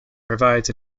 provides